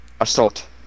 Assault